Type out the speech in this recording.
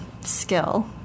skill